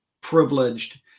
privileged